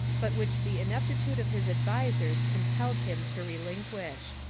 but which the ineptitude of his advisers compelled him to relinquish.